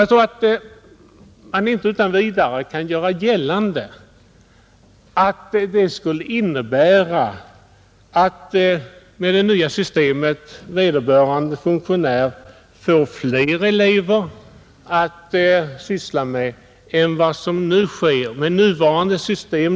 Jag tror inte att man utan vidare kan göra gällande att det skulle innebära att vederbörande funktionär med det nya systemet får fler elever att vägleda än vad som är fallet med nuvarande system.